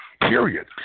period